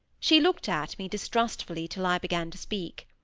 she looked at me distrustfully till i began to speak.